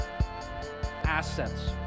assets